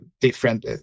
different